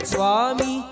Swami